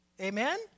Amen